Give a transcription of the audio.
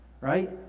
right